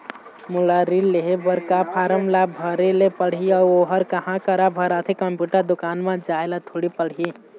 मोला ऋण लेहे बर का फार्म ला भरे ले पड़ही अऊ ओहर कहा करा भराथे, कंप्यूटर दुकान मा जाए ला थोड़ी पड़ही?